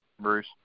Bruce